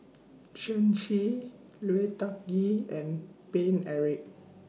Shen Xi Lui Tuck Yew and Paine Eric